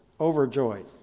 overjoyed